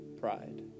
pride